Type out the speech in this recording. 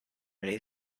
many